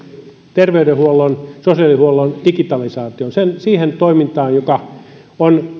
terveydenhuollon sosiaalihuollon digitalisaatioon siihen toimintaan joka on